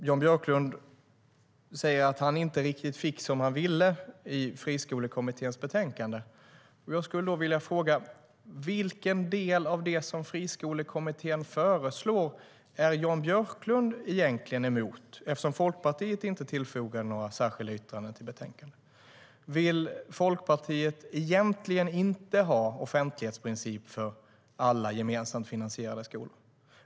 Jan Björklund säger att han inte riktigt fick som han ville i Friskolekommitténs betänkande. Jag skulle då vilja fråga: Vilken del av det som Friskolekommittén föreslår är Jan Björklund egentligen emot, eftersom Folkpartiet inte har några särskilda yttranden i betänkandet? Vill Folkpartiet egentligen inte ha offentlighetsprincip för alla gemensamt finansierade skolor?